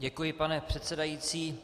Děkuji, pane předsedající.